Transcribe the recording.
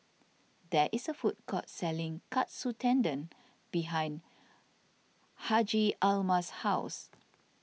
there is a food court selling Katsu Tendon behind Hjalmar's house